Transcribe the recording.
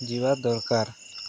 ଯିବା ଦରକାର